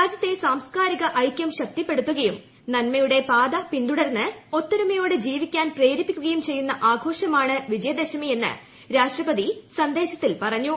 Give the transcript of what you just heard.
രാജ്യത്തെ സാംസ്കാരിക ഐക്യം ശക്തിപ്പെടുത്തുകയും നന്മയുടെ പാത പിന്തുടർന്ന് ഒത്തൊരുമയോടെ ് ജീവിക്കാൻ പ്രേരിപ്പിക്കുകയും ചെയ്യുന്ന ആഘോഷമാണ് വിജയദശമി എന്ന് രാഷ്ട്രപതി സന്ദേശത്തിൽ പറഞ്ഞു